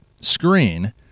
screen